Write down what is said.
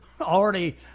already